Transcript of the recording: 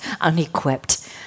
unequipped